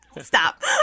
stop